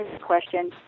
question